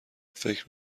فکر